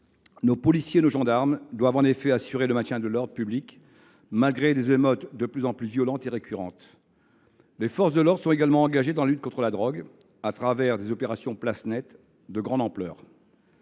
Nos policiers et nos gendarmes doivent en effet assurer le maintien de l’ordre public, malgré des émeutes de plus en plus violentes et récurrentes. Les forces de l’ordre sont également engagées dans la lutte contre la drogue, à travers des opérations « place nette » de grande ampleur.